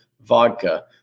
Vodka